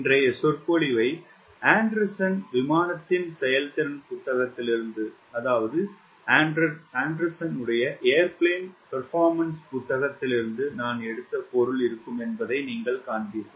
இன்றைய சொற்பொழிவை ஆண்டர்சன் விமானத்தின் செயல்திறன் புத்தகத்திலிருந்து நான் எடுத்த பொருள் இருக்கும் என்பதை நீங்கள் காண்பீர்கள்